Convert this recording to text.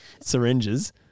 syringes